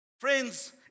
Friends